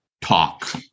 talk